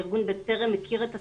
ארגון בטרם הכיר את התפיסה.